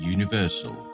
Universal